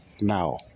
Now